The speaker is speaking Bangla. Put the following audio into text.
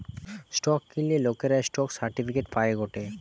স্টক কিনলে লোকরা স্টক সার্টিফিকেট পায় গটে